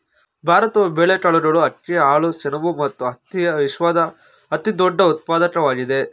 ಭಾರತವು ಬೇಳೆಕಾಳುಗಳು, ಅಕ್ಕಿ, ಹಾಲು, ಸೆಣಬು ಮತ್ತು ಹತ್ತಿಯ ವಿಶ್ವದ ಅತಿದೊಡ್ಡ ಉತ್ಪಾದಕವಾಗಿದೆ